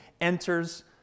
enters